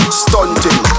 stunting